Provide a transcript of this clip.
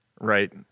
Right